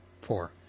Four